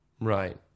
Right